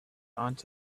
onto